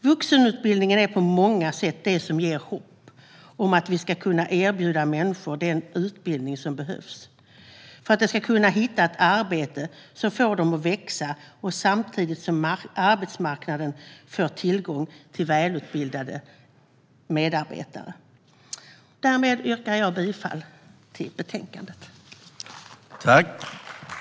Vuxenutbildning är på många sätt det som ger hopp om att vi ska kunna erbjuda människor den utbildning som behövs för att de ska kunna hitta ett arbete som får dem att växa, samtidigt som arbetsmarknaden får tillgång till välutbildade medarbetare. Därmed yrkar jag bifall till utskottets förslag.